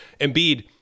Embiid